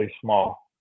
small